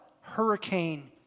hurricane